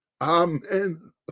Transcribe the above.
Amen